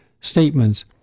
statements